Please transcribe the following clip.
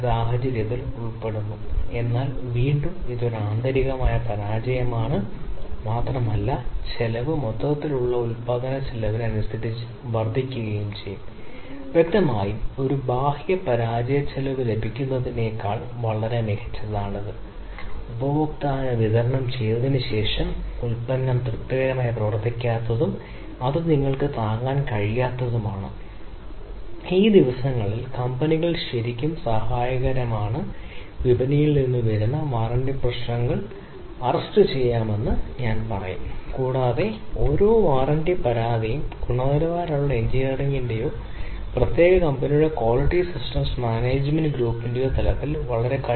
ഈ സൂചകം വളരെ കടുപ്പമുള്ളതായിരിക്കും അതിനാൽ ടാർഗെറ്റിൽ നിന്ന് എന്തെങ്കിലും വ്യത്യാസമുണ്ടാകും നിങ്ങൾ ചെയ്യണം ചിത്രത്തിലേക്ക് വരുന്ന നഷ്ട ഘടകത്തിന്റെ വ്യതിയാനത്തിന്റെ ചതുരമായി റെക്കോർഡുചെയ്യുക പ്രക്രിയയുടെ ആദ്യ ഘട്ടത്തിൽ തന്നെ നിയന്ത്രണം വിട്ട് പോകുമ്പോൾ നിങ്ങൾക്ക് മുമ്പ് ഇത് ചെയ്യാനാകും പ്രോസസ്സ് നിയന്ത്രണാതീതമാണ് അതെ എന്ന് നിങ്ങൾക്ക് റിപ്പോർട്ട് ചെയ്യാൻ കഴിയും നഷ്ടത്തിന്റെ കണക്കുകൾ നോക്കിക്കൊണ്ട് പ്രക്രിയയുടെ നിയന്ത്രണം നിയന്ത്രണാതീതമാകും ടാർഗെറ്റിൽ നിന്നുള്ള വ്യതിയാനങ്ങൾ അങ്ങനെയാണ് മുഴുവൻ തത്ത്വചിന്തയും പ്രത്യേക മാട്രിക്സ് അല്ലെങ്കിൽ പ്രത്യേക നിലവാരമുള്ള ഫ്രെയിം വർക്ക്